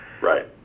Right